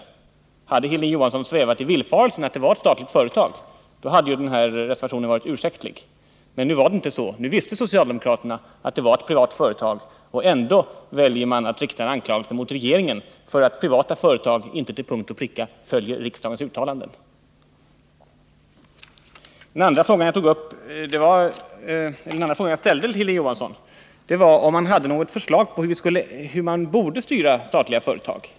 Om Hilding Johansson hade svävat i villfarelse om huruvida det gällde ett statligt företag hade reservationen varit ursäktlig, men nu var det inte så. Socialdemokraterna visste att det gällde ett privat företag. Ändå väljer man att rikta en anklagelse mot regeringen därför att ett privat företag inte till punkt och pricka följer riksdagens uttalande. Den andra frågan som jag ställde till Hilding Johansson gällde om han hade något förslag till hur man skulle styra statliga företag.